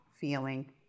feeling